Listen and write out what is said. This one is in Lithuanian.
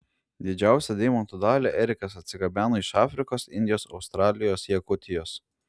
didžiausią deimantų dalį erikas atsigabeno iš afrikos indijos australijos jakutijos